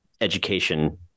education